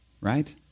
right